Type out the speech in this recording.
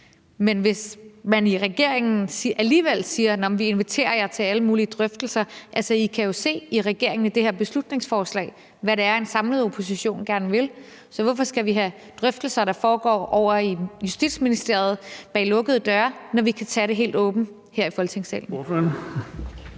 Men i regeringen siger man alligevel: Nå, men vi inviterer jer til alle mulige drøftelser. Altså, I kan jo i regeringen se i det her beslutningsforslag, hvad det er, en samlet opposition gerne vil. Så hvorfor skal vi have drøftelser, der foregår ovre i Justitsministeriet bag lukkede døre, når vi kan tage det helt åbent her i Folketingssalen?